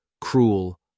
cruel